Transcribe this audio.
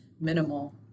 minimal